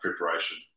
preparation